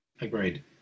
Agreed